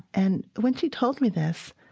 and when she told me this